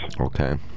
Okay